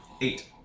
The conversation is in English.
Eight